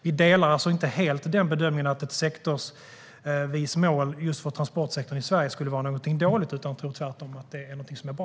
Vi delar alltså inte bedömningen att ett sektorsvist mål just för transportsektorn i Sverige skulle vara någonting dåligt. Vi tror tvärtom att det är någonting som är bra.